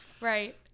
right